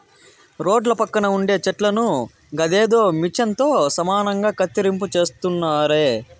రోడ్ల పక్కన ఉండే చెట్లను గదేదో మిచన్ తో సమానంగా కత్తిరింపు చేస్తున్నారే